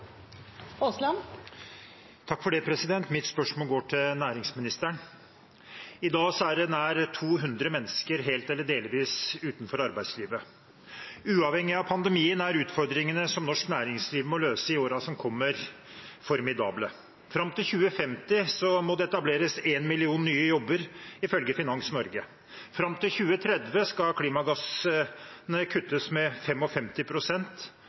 I dag er nær 200 000 mennesker helt eller delvis utenfor arbeidslivet. Uavhengig av pandemien er utfordringene som norsk næringsliv må løse i årene som kommer, formidable. Fram til 2050 må det etableres én million nye jobber, ifølge Finans Norge. Fram til 2030 skal klimagassutslippene kuttes med